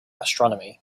astronomy